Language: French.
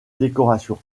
décoration